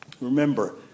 Remember